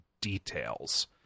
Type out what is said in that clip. details